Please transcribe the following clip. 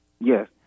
Yes